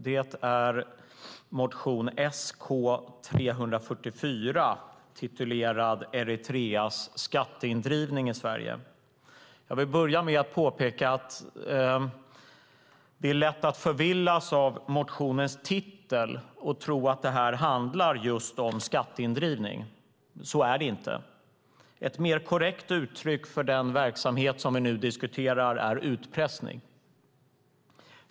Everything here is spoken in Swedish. Det är motion Sk344 om Eritreas skatteindrivning i Sverige. Jag vill börja med att påpeka att det är lätt att förvillas av motionens titel och tro att detta handlar just om skatteindrivning. Så är det inte. Ett mer korrekt uttryck för den verksamhet som vi nu diskuterar är utpressning.